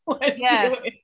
yes